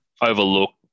overlook